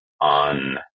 on